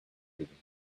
reading